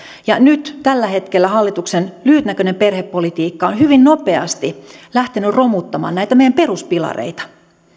ja nyt tällä hetkellä hallituksen lyhytnäköinen perhepolitiikka on hyvin nopeasti lähtenyt romuttamaan näitä meidän peruspilareita